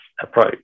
approach